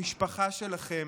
המשפחה שלכם,